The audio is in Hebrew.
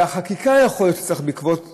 והחקיקה שיכול להיות שצריך בעקבות זה,